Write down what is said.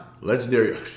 legendary